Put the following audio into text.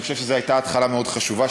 אני חושב שזאת הייתה התחלה מאוד חשובה.